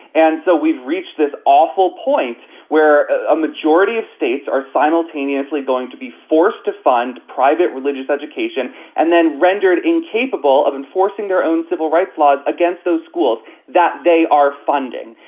and so we've reached this awful point where a majority of states are simultaneously going to be forced to fund private religious education and then rendered incapable of enforcing their own civil rights laws against those schools that they are funding.